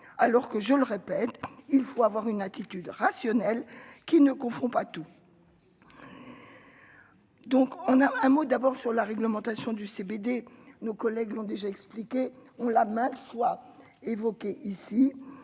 alors que, je le répète, il faut avoir une attitude rationnelle qui ne confond pas tout. Donc on a un mot d'abord sur la réglementation du CBD, nos collègues ont déjà expliqué, on l'a mal soit évoqué ici